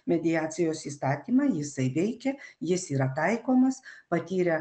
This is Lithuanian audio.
mediacijos įstatymą jisai veikia jis yra taikomas patyrę